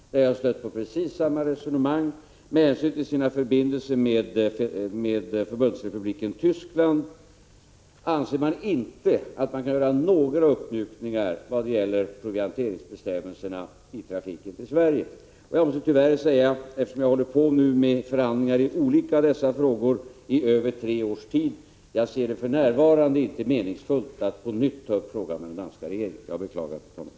Då har jag stött på precis samma resonemang: med hänsyn till sina förbindelser med Förbundsrepubliken Tyskland anser danskarna inte att de kan göra några uppmjukningar vad gäller provianteringsbestämmelserna i trafiken till Sverige. Jag måste också tyvärr säga att jag, sedan jag har hållit på med förhandlingar i olika liknande frågor i över tre års tid, inte anser att det för närvarande är meningsfullt att på nytt ta upp frågan med den danska regeringen. Jag beklagar, fru talman.